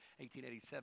1887